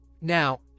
now